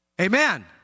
Amen